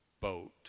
boat